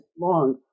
long